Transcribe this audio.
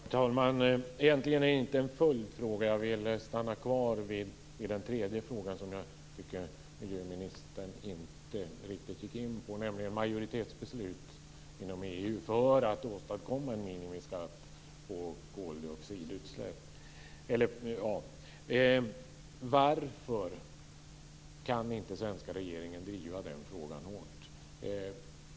Herr talman! Jag har egentligen inte någon följdfråga. Jag vill stanna kvar vid den tredje frågan jag ställde som jag tycker att miljöministern inte riktigt gick in på, nämligen frågan om majoritetsbeslut inom EU för att åstadkomma en minimiskatt på koldioxidutsläpp. Varför kan inte den svenska regeringen driva den frågan hårt?